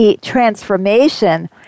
transformation